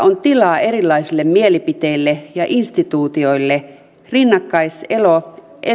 on tilaa erilaisille mielipiteille ja instituutioille rinnakkaiselo